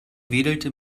wedelte